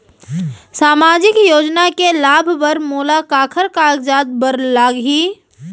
सामाजिक योजना के लाभ बर मोला काखर कागजात बर लागही?